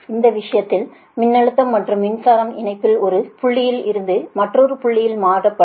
அந்த விஷயத்தில் மின்னழுத்தம் மற்றும் மின்சாரம் இணைப்பில் ஒரு புள்ளியில் இருந்து மற்றொரு புள்ளியில் மாறுபடும்